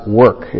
work